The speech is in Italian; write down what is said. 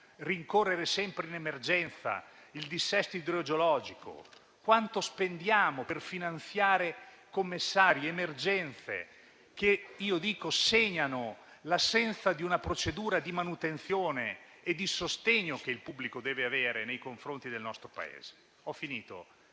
rincorrere sempre in emergenza il dissesto idrogeologico? Quanto spendiamo per finanziare commissari ed emergenze che segnano l'assenza di una procedura di manutenzione e di sostegno che il pubblico deve avere nei confronti del nostro Paese?